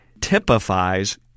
typifies